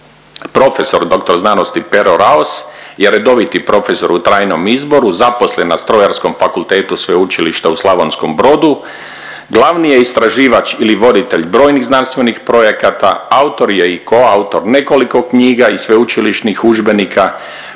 Profesor dr. sc. Pero Raos je redoviti profesor u trajnom izboru zaposlen na Strojarskom fakultetu Sveučilišta u Slavonskom Brodu, glavni je istraživač ili voditelj brojnih znanstvenih projekata, autor je i koautor nekoliko knjiga i sveučilišnih udžbenika